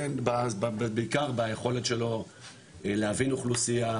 בעיקר ביכולת שלו להבין אוכלוסיה,